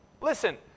Listen